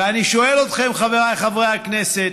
ואני שואל אתכם, חבריי חברי הכנסת: